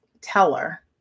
teller